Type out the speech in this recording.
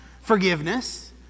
forgiveness